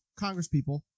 congresspeople